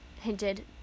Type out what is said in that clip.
hinted